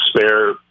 spare